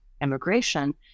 immigration